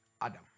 adam